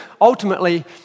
ultimately